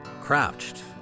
crouched